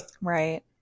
Right